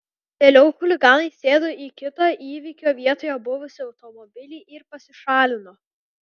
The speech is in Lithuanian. vėliau chuliganai sėdo į kitą įvykio vietoje buvusį automobilį ir pasišalino